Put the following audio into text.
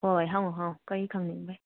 ꯍꯣꯏ ꯍꯉꯨ ꯍꯉꯨ ꯀꯩ ꯈꯪꯅꯤꯡꯕꯩ